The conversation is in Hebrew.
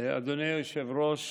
אדוני היושב-ראש,